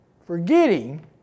forgetting